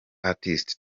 artist